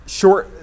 short